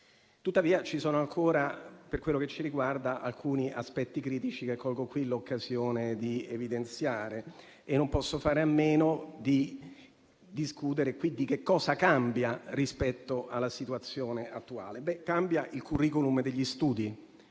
Tuttavia, ci sono ancora, per quello che ci riguarda, alcuni aspetti critici che colgo qui l'occasione per evidenziare e non posso fare a meno di discutere di che cosa cambia rispetto alla situazione attuale, ovvero il *curriculum* degli studi